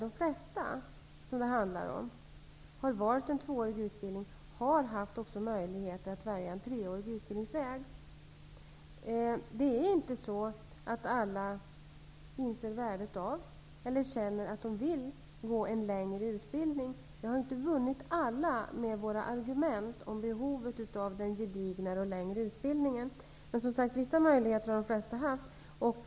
De flesta som har valt en tvåårig utbildning har också haft möjlighet att välja en treårig utbildningsväg. Alla inser inte värdet av att gå en längre utbildning eller känner att de vill göra det. Vi har inte vunnit alla med våra argument om behovet av den gedignare och längre utbildningen. Men, som sagt, de flesta har i alla fall haft vissa möjligheter.